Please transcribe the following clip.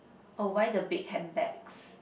oh why the big handbags